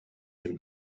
him